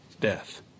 death